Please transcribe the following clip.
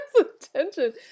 Attention